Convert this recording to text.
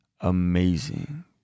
amazing